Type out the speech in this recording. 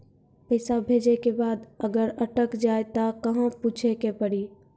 पैसा भेजै के बाद अगर अटक जाए ता कहां पूछे के पड़ी?